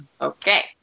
Okay